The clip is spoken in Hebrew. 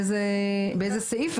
באיזה סעיף,